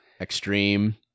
extreme